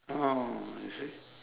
uh you see